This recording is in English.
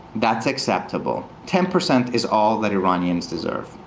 that's acceptable ten percent is all that iranians deserve.